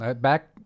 back